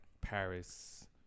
Paris